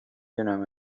دونم